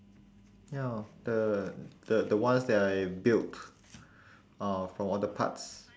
ya the the the ones that I built uh from all the parts